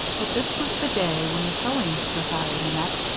that this was the day when the sewing society met,